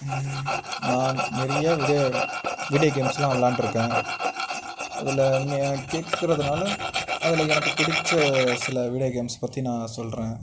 நான் நிறைய விளைய வீடியோ கேம்ஸ்லாம் விளாண்ட்டுருக்கேன் அதில் நீங்கள் கேட்குறதுனால அதில் எனக்கு பிடிச்ச சில வீடியோ கேம்ஸ் பற்றி நான் சொல்கிறேன்